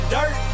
Dirt